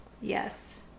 Yes